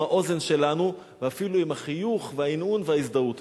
האוזן שלנו ואפילו עם החיוך וההנהון וההזדהות.